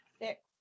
Six